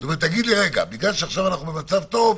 תגיד לי: בגלל שעכשיו אנחנו במצב טוב,